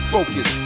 Focus